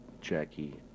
Jackie